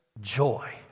joy